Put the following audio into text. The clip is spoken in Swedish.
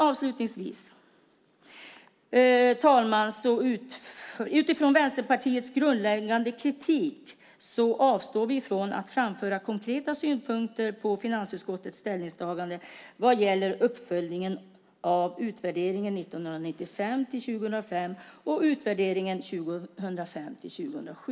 Avslutningsvis och utifrån Vänsterpartiets grundläggande kritik avstår vi från att framföra konkreta synpunkter på finansutskottets ställningstagande vad gäller uppföljning av utvärderingen 1995-2005 och utvärderingen 2005-2007.